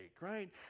right